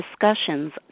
discussions